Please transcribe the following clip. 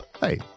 Hey